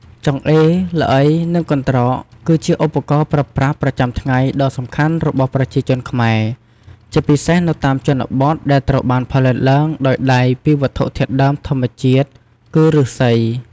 ចង្អេរ ល្អី និងកន្រ្តក គឺជាឧបករណ៍ប្រើប្រាស់ប្រចាំថ្ងៃដ៏សំខាន់របស់ប្រជាជនខ្មែរ ជាពិសេសនៅតាមជនបទ ដែលត្រូវបានផលិតឡើងដោយដៃពីវត្ថុធាតុដើមធម្មជាតិ គឺ ឫស្សី។